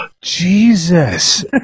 Jesus